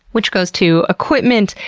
which goes to equipment,